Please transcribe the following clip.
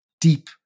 deep